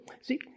see